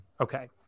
okay